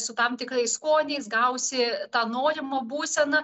su tam tikrais skoniais gausi tą norimą būseną